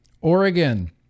Oregon